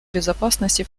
безопасности